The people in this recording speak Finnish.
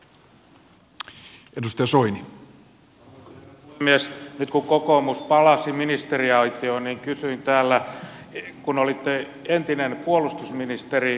nyt kun kokoomus palasi ministeriaitioon niin kysyin täällä kun olette entinen puolustusministeri häkämies